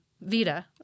Vita